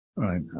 Right